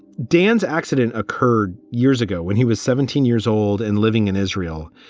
dan's accident occurred years ago when he was seventeen years old and living in israel.